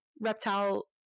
Reptile